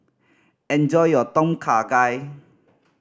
enjoy your Tom Kha Gai